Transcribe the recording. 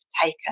taken